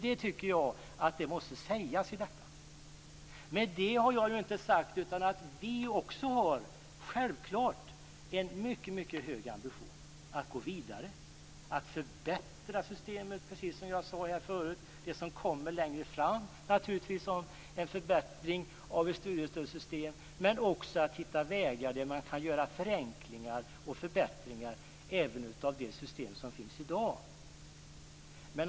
Det tycker jag måste sägas i detta. Med det har jag inte sagt att inte vi också självklart har en mycket hög ambition att gå vidare och att förbättra systemet, precis som jag sade förut. Det som kommer längre fram är naturligtvis en förbättring av studiestödssystemet. Men det gäller också att hitta vägar att göra förenklingar och förbättringar av det system som finns i dag.